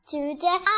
Today